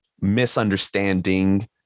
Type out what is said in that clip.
misunderstanding